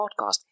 podcast